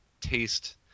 taste